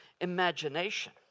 imagination